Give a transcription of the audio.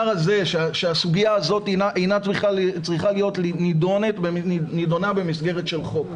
שהסוגיה הזאת אינה צריכה להיות נידונה במסגרת של חוק.